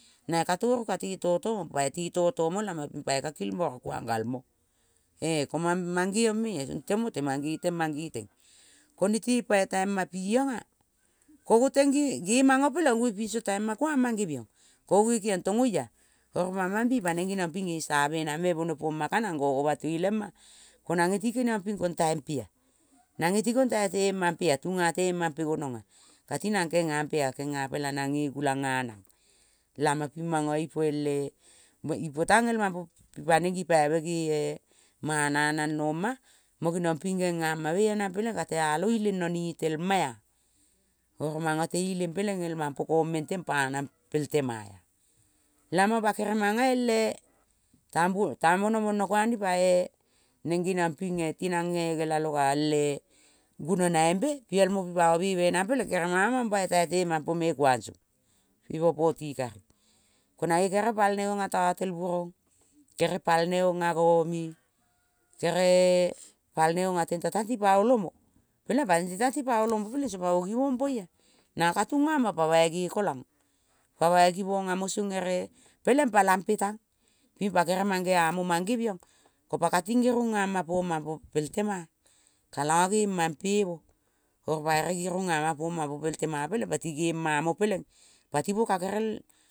Nae ka toru ka te toto mo. Pai te toto mo lamaping pai ka kilvora kuang gal mo. E-ko mam mangeong mea song te mote, mange teng, mange teng. Ko nete pai tai mapionga-ko goteng ge manga peleng ngonge piso tai ma kuang mang geviong. Ko ngonge kengiong tong oia. Oro pa mambi paneng geniong pinge ge save nang me bone poma kanang go govatoi lema ko nate ti keniong pi kontaimpea tunga temampe gononga. Kati nang kengampea, kengapela nang nge gulang nganang, lamapim manga ipo ele, ipo tang ele mampo pa neng gipaive ge-e mana nang noma mo geniong ping genga ma me anang peleng katealong ileng na netelma-a-oro manga te ileng peleng el mampo kong meng teng panang pel tema-a. Lamang pa kere mang ele tambuol, tambona mona kuang ning pae neng geniong pinge, ti nange gelalo gale gunonaimbe piel mo pi pamo beve nang peleng keremang mam bai tai temampo me kuang song ipo poti kari. Ko nae kere palneong-a tatel burong, gerel palngeong-a gomie kere palne ong-a-tente tang ti pa olomo. Peleng pa tenta ti pa olomo peleng song pamo givong bai-a. Naka ka tungama pa bai gekolang pa bai givong amo song ere. Peleng palampe tang ping pa gere mangeamo mangeviong ko pa kating gi runga ma po mampo pel tema. Kala ge mampo mo oro pa ere gi runga ma po mampe pel tema peleng pati gema mo peleng pati mo ka gerel.